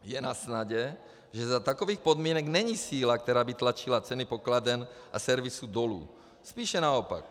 Je nasnadě, že za takových podmínek není síla, která by tlačila ceny pokladen a servisu dolů, spíše naopak.